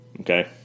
Okay